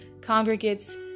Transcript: congregates